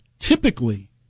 typically